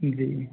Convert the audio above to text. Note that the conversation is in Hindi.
जी